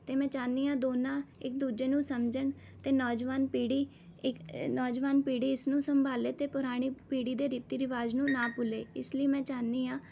ਅਤੇ ਮੈਂ ਚਾਹੁੰਦੀ ਹਾਂ ਦੋਨੋਂ ਇੱਕ ਦੂਜੇ ਨੂੰ ਸਮਝਣ ਅਤੇ ਨੌਜਵਾਨ ਪੀੜ੍ਹੀ ਇੱਕ ਨੌਜਵਾਨ ਪੀੜ੍ਹੀ ਇਸਨੂੰ ਸੰਭਾਲੇ ਅਤੇ ਪੁਰਾਣੀ ਪੀੜ੍ਹੀ ਦੇ ਰੀਤੀ ਰਿਵਾਜ਼ ਨੂੰ ਨਾ ਭੁੱਲੇ ਇਸ ਲਈ ਮੈਂ ਚਾਹੁੰਦੀ ਹਾਂ